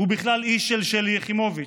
בכלל איש של שלי יחימוביץ'".